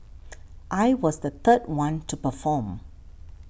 I was the third one to perform